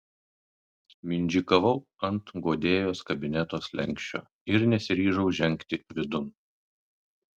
mindžikavau ant guodėjos kabineto slenksčio ir nesiryžau žengti vidun